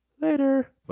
Later